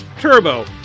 Turbo